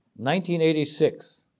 1986